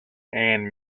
and